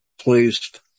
placed